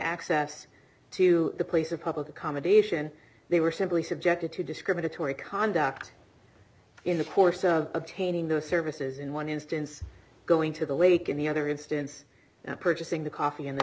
access to the place of public accommodation they were simply subjected to discriminatory conduct in the course of obtaining those services in one instance going to the lake in the other instance and purchasing the coffee in the